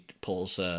pulls